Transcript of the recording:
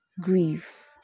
grief